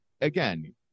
again